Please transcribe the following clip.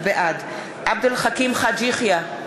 בעד עבד אל חכים חאג' יחיא,